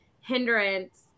hindrance